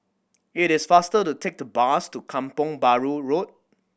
it is faster to take the bus to Kampong Bahru Road